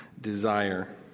desire